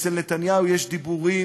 אצל נתניהו יש דיבורים,